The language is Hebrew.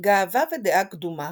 גאווה ודעה קדומה